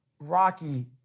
Rocky